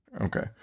okay